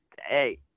hey